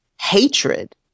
hatred